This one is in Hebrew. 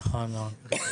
נכון מאוד.